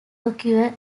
occur